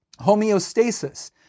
homeostasis